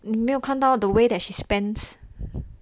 你没有看到 the way that she spends